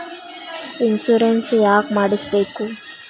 Insurance ಯಾಕ್ ಮಾಡಿಸಬೇಕು?